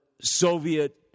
Soviet